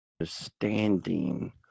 understanding